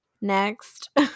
Next